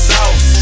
South